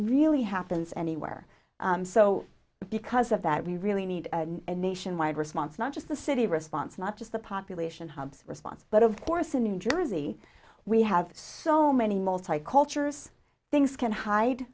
really happens anywhere so because of that we really need a nationwide response not just the city response not just the population hubs response but of course in new jersey we have so many multicultural things can hide